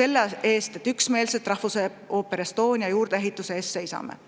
selle eest, et me üksmeelselt Rahvusooper Estonia juurdeehituse eest seisame.